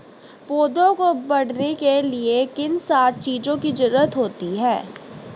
पौधों को बढ़ने के लिए किन सात चीजों की जरूरत होती है?